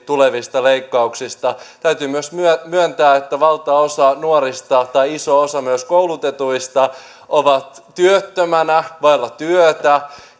pienituloisille tulevista leikkauksista täytyy myös myös myöntää että valtaosa nuorista ja myös iso osa koulutetuista on työttömänä vailla työtä